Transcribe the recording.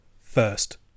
First